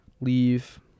leave